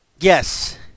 Yes